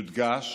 יודגש